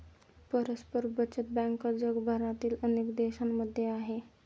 परस्पर बचत बँक जगभरातील अनेक देशांमध्ये आहे